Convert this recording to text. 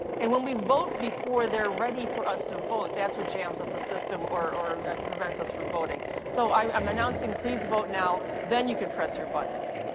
and when we vote before they're ready for us to vote, that's what jams up the system, or or prevents us from voting so i'm announcing please vote now. then you can press your buttons.